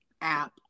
app